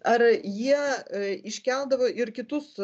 ar jie iškeldavo ir kitus